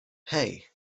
hey